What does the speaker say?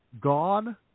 Gone